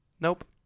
Nope